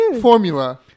formula